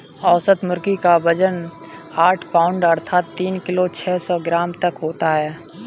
औसत मुर्गी क वजन आठ पाउण्ड अर्थात तीन किलो छः सौ ग्राम तक होता है